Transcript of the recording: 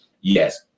Yes